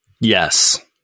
Yes